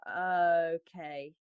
Okay